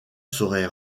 saurait